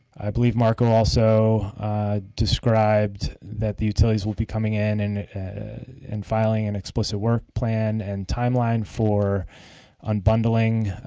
i believe marco also described that the utilities will be coming in and and filing an explicit work plan and timeline for unbundling